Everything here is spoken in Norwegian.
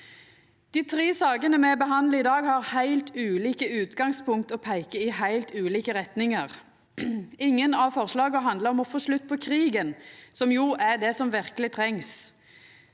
Dei tre sakene me behandlar i dag, har heilt ulike utgangspunkt og peiker i heilt ulike retningar. Ingen av forslaga handlar om å få slutt på krigen, som jo er det som verkeleg trengs.